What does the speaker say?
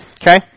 okay